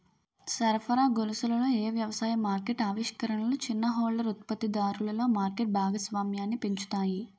సరఫరా గొలుసులలో ఏ వ్యవసాయ మార్కెట్ ఆవిష్కరణలు చిన్న హోల్డర్ ఉత్పత్తిదారులలో మార్కెట్ భాగస్వామ్యాన్ని పెంచుతాయి?